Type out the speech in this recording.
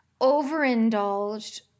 overindulged